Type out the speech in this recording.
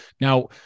Now